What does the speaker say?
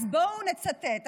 אז בואו נצטט.